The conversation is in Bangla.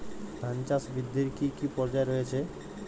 ধান চাষ বৃদ্ধির কী কী পর্যায় রয়েছে?